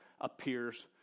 appears